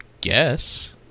guess